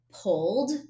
pulled